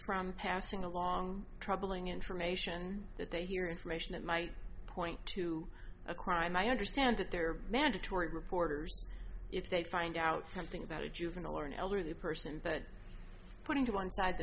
from passing along troubling information that they hear information that might point to a crime i understand that there are mandatory reporters if they find out something about a juvenile or an elderly person but putting to one side the